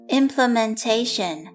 implementation